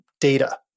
Data